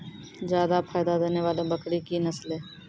जादा फायदा देने वाले बकरी की नसले?